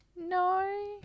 No